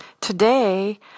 Today